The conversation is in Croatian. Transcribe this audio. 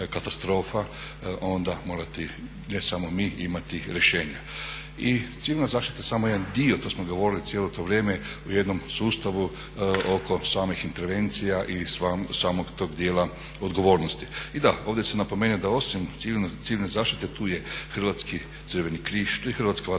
onda morati ne samo mi imati rješenja. I civilna zaštita je samo jedan dio, to smo govorili cijelo to vrijeme, u jednom sustavu oko samih intervencija i samog tog dijela odgovornosti. I da, ovdje se nepomenjuje da osim civilne zaštite tu je Hrvatski crveni križ, tu je Hrvatska vatrogasna